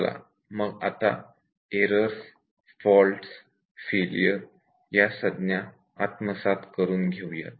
चला मग आता एररस फॉल्टस आणि फेलियर या संज्ञा पूर्णपणे आत्मसात करून घेऊयात